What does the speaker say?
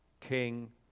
king